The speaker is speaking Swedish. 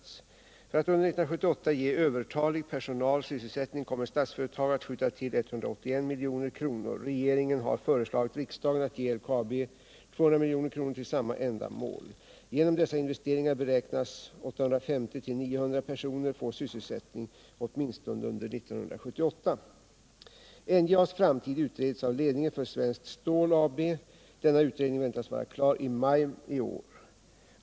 För att under 1978 ge övertalig personal sysselsättning kommer Statsföretag att skjuta till 181 milj.kr. Regeringen har föreslagit riksdagen att ge LKAB 200 milj.kr. till samma ändamål. Genom dessa investeringar beräknas 850-900 personer få sysselsättning, åtminstone under 1978. NJA:s framtid utreds av ledningen för Svenskt Stål AB. Denna utredning väntas vara klar i maj månad i år.